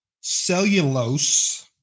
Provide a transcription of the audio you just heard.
cellulose